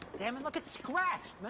dammit, look, it's scratched,